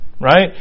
right